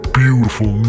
beautiful